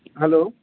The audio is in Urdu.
ہیلو